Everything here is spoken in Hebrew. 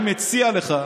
אני מציע לך,